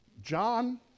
John